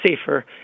safer